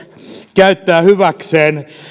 käyttää hyväkseen